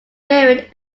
buried